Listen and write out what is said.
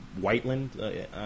Whiteland